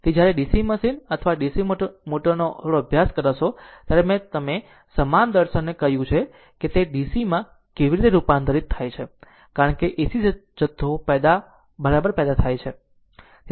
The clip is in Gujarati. તેથી જ્યારે DC મશીન અથવા DC મોટરનો થોડો અભ્યાસ કરશે ત્યારે જ મેં સમાન દર્શનને કહ્યું હું કહું છું કે તે DCમાં કેવી રીતે રૂપાંતરિત થાય છે કારણ કે AC જથ્થો બરાબર પેદા થાય છે